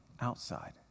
outside